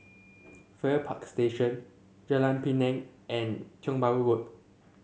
Farrer Park Station Jalan Pinang and Tiong Bahru Road